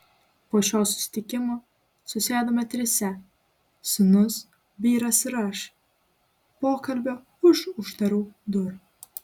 po šio susitikimo susėdome trise sūnus vyras ir aš pokalbio už uždarų durų